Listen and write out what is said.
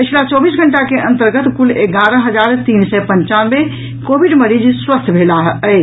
पछिला चौबीस घंटा के अंतर्गत कुल एगारह हजार तीन सय पंचानवे कोविड मरीज स्वस्थ भेलाह अछि